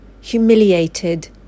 humiliated